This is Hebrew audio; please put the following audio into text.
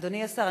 אדוני השר,